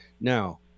Now